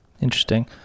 Interesting